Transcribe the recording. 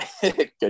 good